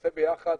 שנתנסה ביחד,